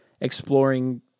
exploring